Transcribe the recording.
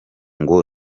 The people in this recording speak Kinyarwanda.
ngo